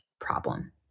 problem